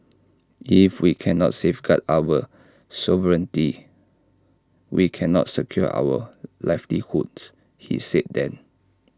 if we cannot safeguard our sovereignty we cannot secure our livelihoods he said then